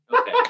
Okay